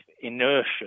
inertia